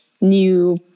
new